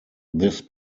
this